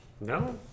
No